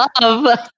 love